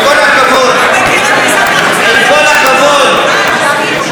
עם כל הכבוד, די, מספיק, נמאס.